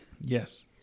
Yes